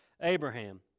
Abraham